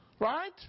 Right